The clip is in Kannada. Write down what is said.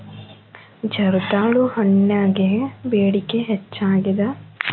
ಜರ್ದಾಳು ಹಣ್ಣಗೆ ಬೇಡಿಕೆ ಹೆಚ್ಚಾಗಿದೆ